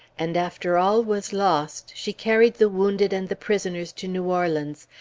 and after all was lost, she carried the wounded and the prisoners to new orleans,